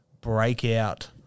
breakout